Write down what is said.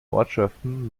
ortschaften